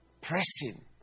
pressing